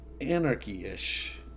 anarchy-ish